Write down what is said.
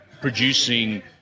producing